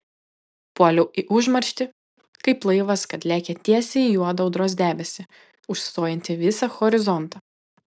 puoliau į užmarštį kaip laivas kad lekia tiesiai į juodą audros debesį užstojantį visą horizontą